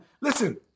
Listen